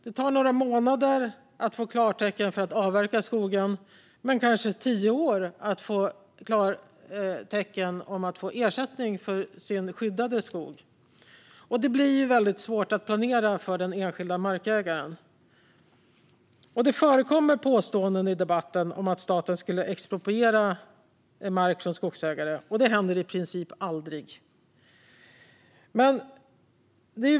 Det tar några månader att få klartecken för att avverka skog, men det tar kanske tio år att få klartecken om att få ersättning för sin skyddade skog. Det blir väldigt svårt för den enskilda markägaren att planera. Det förekommer påståenden i debatten om att staten skulle expropriera mark från skogsägare. Det händer i princip aldrig.